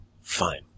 Fine